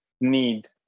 need